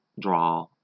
draw